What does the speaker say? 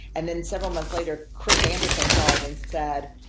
and then several months later, chris anderson called and said,